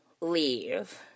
leave